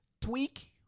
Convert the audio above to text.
tweak